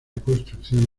construcción